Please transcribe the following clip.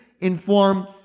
inform